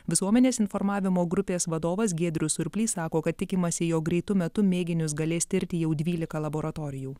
visuomenės informavimo grupės vadovas giedrius surplys sako kad tikimasi jog greitu metu mėginius galės tirti jau dvylika laboratorijų